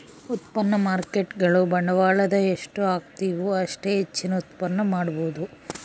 ಉತ್ಪನ್ನ ಮಾರ್ಕೇಟ್ಗುಳು ಬಂಡವಾಳದ ಎಷ್ಟು ಹಾಕ್ತಿವು ಅಷ್ಟೇ ಹೆಚ್ಚಿನ ಉತ್ಪನ್ನ ಮಾಡಬೊದು